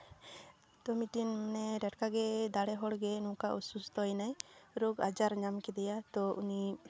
ᱛᱚ ᱢᱤᱫᱴᱮᱱ ᱴᱟᱴᱠᱟᱜᱮ ᱫᱟᱲᱮ ᱦᱚᱲᱜᱮ ᱱᱚᱝᱠᱟ ᱚᱥᱩᱥᱛᱷᱚ ᱮᱱᱟᱭ ᱨᱳᱜᱽ ᱟᱡᱟᱨ ᱧᱟᱢ ᱠᱮᱫᱮᱭᱟ ᱛᱚ ᱩᱱᱤ